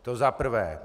To za prvé.